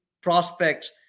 prospects